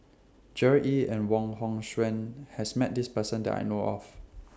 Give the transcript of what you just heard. Gerard Ee and Wong Hong Suen has Met This Person that I know of